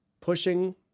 pushing